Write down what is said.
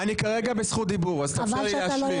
אני כרגע בזכות דיבור, תאפשר לי להשלים.